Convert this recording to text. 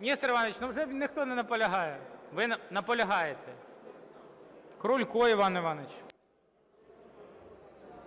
Нестор Іванович, вже ніхто не наполягає. Ви наполягаєте? Крулько Іван Іванович.